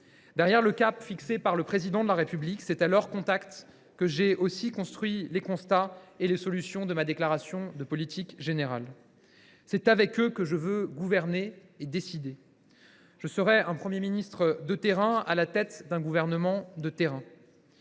Le cap a été fixé par le Président de la République, mais c’est aussi à leur contact que j’ai construit les constats et les solutions de ma déclaration de politique générale. C’est avec eux que je veux gouverner, décider. Je serai un Premier ministre de terrain, à la tête d’un gouvernement de terrain.